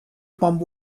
pump